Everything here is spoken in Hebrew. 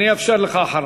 אני אאפשר לך אחריו.